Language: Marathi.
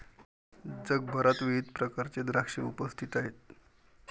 जगभरात विविध प्रकारचे द्राक्षे उपस्थित आहेत